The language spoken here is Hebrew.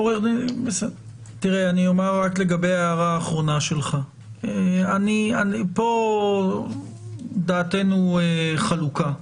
לגבי ההערה האחרונה שלך, פה דעתנו חלוקה.